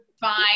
Fine